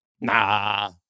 Nah